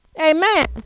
Amen